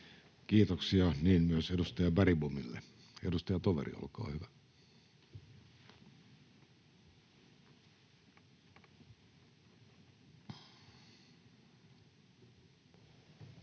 Kiitoksia, niin myös edustaja Bergbomille. — Edustaja Toveri, olkaa hyvä. Arvoisa